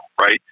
Right